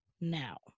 now